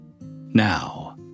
Now